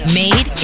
made